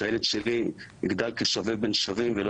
שהילד שלי יגדל שווה בין שווים שלא